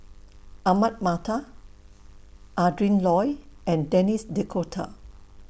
Ahmad Mattar Adrin Loi and Denis D'Cotta